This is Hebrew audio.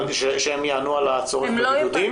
שהם יענו על הצורך בבידודים?